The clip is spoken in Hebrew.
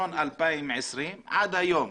מ-1.1.2020 עד היום,